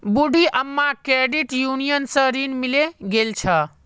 बूढ़ी अम्माक credit union स ऋण मिले गेल छ